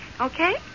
Okay